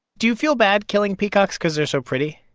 do you feel bad killing peacocks because they're so pretty?